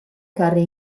carri